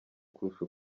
kurusha